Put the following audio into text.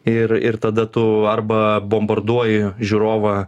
ir ir tada tu arba bombarduoji žiūrovą